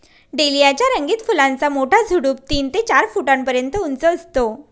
dahlia च्या रंगीत फुलांचा मोठा झुडूप तीन ते चार फुटापर्यंत उंच असतं